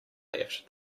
left